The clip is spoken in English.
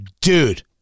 dude